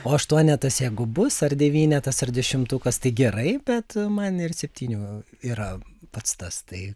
o aštuonetas jeigu bus ar devynetas ar dešimtukas tai gerai bet man ir septynių yra pats tas tai